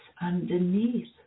Underneath